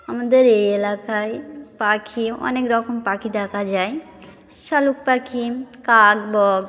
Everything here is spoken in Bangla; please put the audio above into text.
আমাদের এলাকায় পাখি অনেক রকম পাখি দেখা যায় শালিক পাখি কাক বক